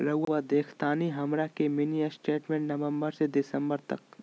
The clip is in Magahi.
रहुआ देखतानी हमरा के मिनी स्टेटमेंट नवंबर से दिसंबर तक?